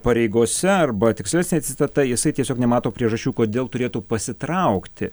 pareigose arba tikslesnė citata jisai tiesiog nemato priežasčių kodėl turėtų pasitraukti